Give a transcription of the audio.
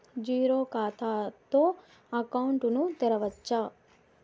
Zero ఖాతా తో account ను తెరవచ్చా?